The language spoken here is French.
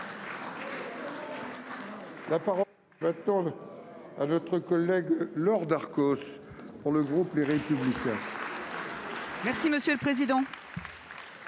La parole est à Mme Laure Darcos, pour le groupe Les Républicains.